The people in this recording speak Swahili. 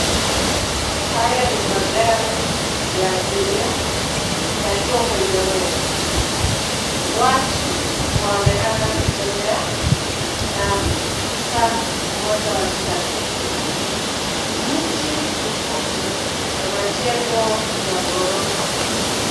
Haya ni magari ya abiria yaliyo kwenye mwendo. Watu waonekana kutembea na ofisa mmoja wa trafiki. Miti ipo na majengo ya ghorofa.